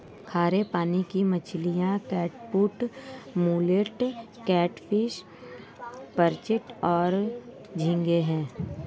खारे पानी की मछलियाँ क्लूपीड, मुलेट, कैटफ़िश, पर्च और झींगे हैं